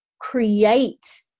create